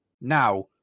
Now